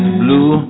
blue